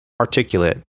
articulate